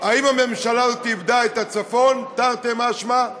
אם הממשלה הזאת איבדה את הצפון, תרתי משמע,